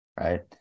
right